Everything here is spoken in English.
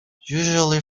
usually